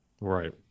right